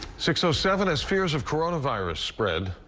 six so seven. as fears of coronavirus spread,